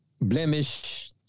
blemish